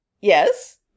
yes